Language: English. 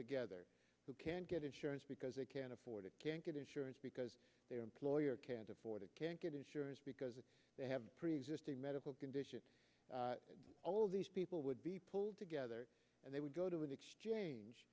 together who can't get insurance because they can't afford it can't get insurance because their employer can't afford it can't get insurance because they have preexisting medical conditions all of these people would be pulled together and they would go to an exchange